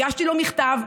הגשתי לו מכתב,